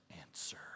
answer